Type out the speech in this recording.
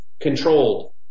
controlled